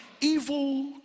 evil